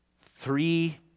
three